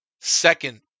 Second